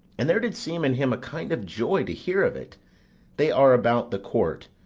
and there did seem in him a kind of joy to hear of it they are about the court,